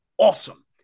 awesome